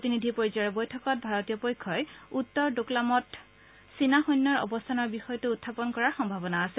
প্ৰতিনিধি পয্যায়ৰ বৈঠকত ভাৰতীয় পক্ষই উত্তৰ দোকলামত চীনা সৈন্যৰ অৱস্থানৰ বিষয়টো উত্থাপন কৰাৰ সম্ভাৱনা আছে